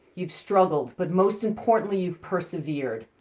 you've struggled, but most importantly you've persevered.